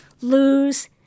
lose